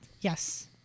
yes